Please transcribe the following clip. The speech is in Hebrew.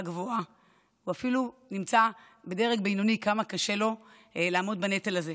גבוהה או אפילו נמצא בדרג בינוני לעמוד בנטל הזה.